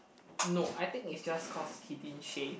no I think is just cause he didn't shave